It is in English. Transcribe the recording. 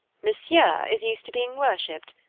monsieur is used to being worshipped.